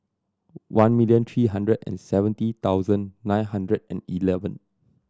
one million three hundred and seventy thousand nine hundred and eleven